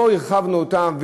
לא הרחבנו אותה.